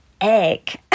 egg